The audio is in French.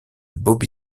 bobby